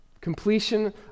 completion